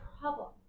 problem